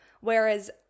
Whereas